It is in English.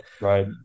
right